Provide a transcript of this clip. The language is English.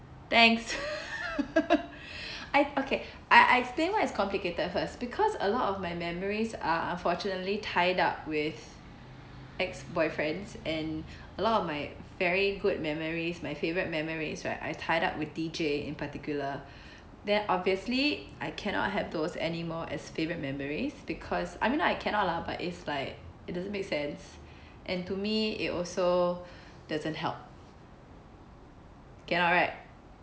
thanks I okay I I explain why it's complicated first because a lot of my memories are unfortunately tied up with ex-boyfriends and a lot of my very good memories my favourite memories right are tied up with D_J in particular then obviously I cannot have those anymore as favourite memories because I mean I cannot lah but it's like it doesn't make sense and to me it also doesn't help cannot right